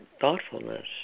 thoughtfulness